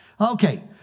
Okay